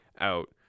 out